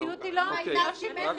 הרב יעקבי,